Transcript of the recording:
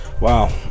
Wow